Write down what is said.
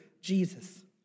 Jesus